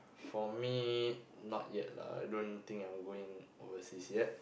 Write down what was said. for me not yet lah I don't think I going overseas yet